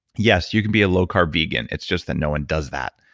yes, you can be a low carb vegan, it's just that no one does that.